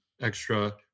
extra